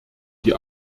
die